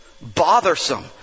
bothersome